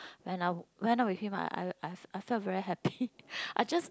when I'm when I'm with him I I felt I felt very happy I just